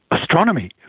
Astronomy